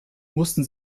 mussten